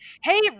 hey